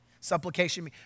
Supplication